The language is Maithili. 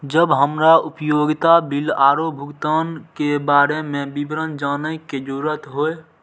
जब हमरा उपयोगिता बिल आरो भुगतान के बारे में विवरण जानय के जरुरत होय?